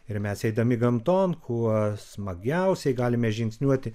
ir mes eidami gamton kuo smagiausiai galime žingsniuoti